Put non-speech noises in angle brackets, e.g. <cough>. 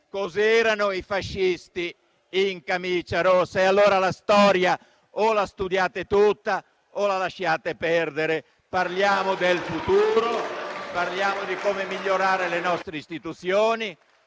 chi erano i fascisti in camicia rossa. La storia o la studiate tutta o la lasciate perdere. <applause> Parliamo del futuro. Parliamo di come migliorare le nostre istituzioni.